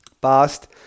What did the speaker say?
past